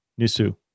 Nisu